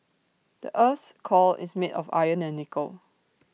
the Earth's core is made of iron and nickel